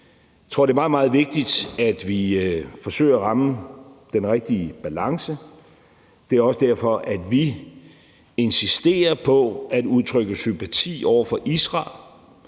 Jeg tror, det er meget, meget vigtigt, at vi forsøger at ramme den rigtige balance. Det er også derfor, at vi insisterer på at udtrykke sympati over for Israel